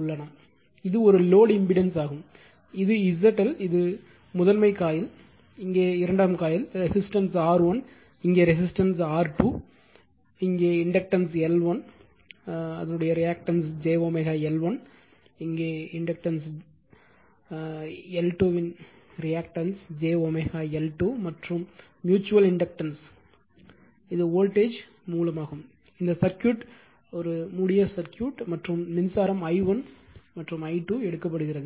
உள்ளன இது ஒரு லோடு இம்பிடன்ஸ் ஆகும் இது ZL இது முதன்மை காயில் இது இங்கே இரண்டாம் காயில் ரெசிஸ்டன்ஸ் R1 இங்கே ரெசிஸ்டன்ஸ் R2 இங்கே இண்டக்டன்ஸ் L1 என்றால் ரியாக்டன்ஸ் j L1 என்பது இங்கே j L2 மற்றும் ம்யூச்சுவல் இண்டக்டன்ஸ் இது வோல்டேஜ் மூலமாகும் இந்த சர்க்யூட் மூடியது மற்றும் மின்சாரம் i1 மற்றும் i2 எடுக்கப்படுகிறது